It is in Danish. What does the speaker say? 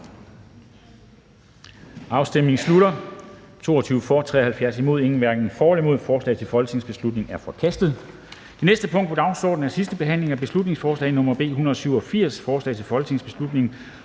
stemte 56 (S, SF, RV, EL, NB, LA og ALT), hverken for eller imod stemte 0. Forslaget til folketingsbeslutning er forkastet. --- Det næste punkt på dagsordenen er: 44) 2. (sidste) behandling af beslutningsforslag nr. B 177: Forslag til folketingsbeslutning